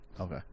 okay